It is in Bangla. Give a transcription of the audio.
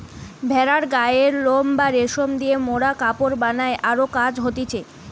ভেড়ার গায়ের লোম বা রেশম দিয়ে মোরা কাপড় বানাই আরো কাজ হতিছে